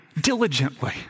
diligently